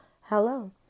hello